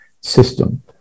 system